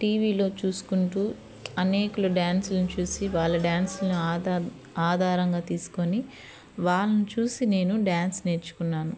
టీవీలో చూసుకుంటూ అనేకులు డాన్స్లని చూసి వాళ్ళ డాన్స్లని ఆద ఆధారంగా తీసుకుని వాళ్ళని చూసి నేను డాన్స్ నేర్చుకున్నాను